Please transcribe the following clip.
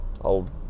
Old